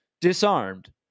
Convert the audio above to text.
disarmed